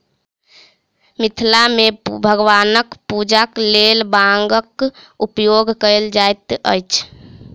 मिथिला मे भगवानक पूजाक लेल बांगक उपयोग कयल जाइत अछि